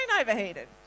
overheated